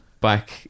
back